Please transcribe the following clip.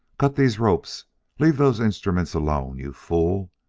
cut these ropes leave those instruments alone, you fool!